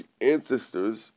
ancestors